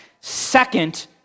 second